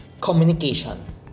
communication